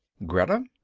greta,